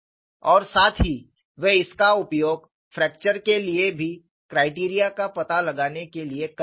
और साथ ही वे इसका उपयोग फ्रैक्चर के लिए भी क्रायटेरिआ का पता लगाने के लिए कर रहे हैं